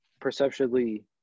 perceptually